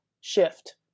shift